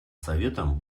советом